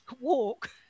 walk